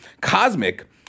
cosmic